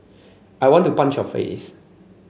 I want to punch your face